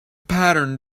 pattern